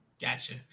Gotcha